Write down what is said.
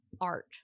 art